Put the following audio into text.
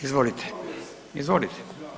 Izvolite. ... [[Upadica se ne čuje.]] Izvolite.